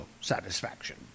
satisfaction